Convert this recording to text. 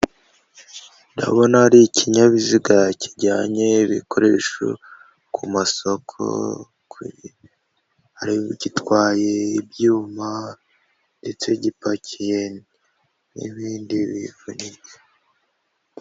Ndabona ari ikinyabiziga kijyanye ibikoresho ku masoko, harimo igitwaye ibyuma ndetse gipakiye n'ibindi bifunitse.